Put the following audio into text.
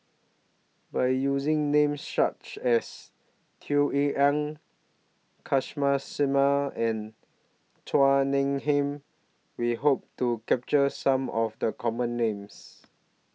By using Names such as Tung Yue Nang Kamsari Salam and Chua Nam Hai We Hope to capture Some of The Common Names